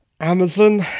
Amazon